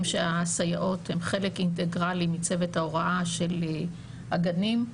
שהסייעות הן חלק אינטגרלי מצוות ההוראה של הגנים.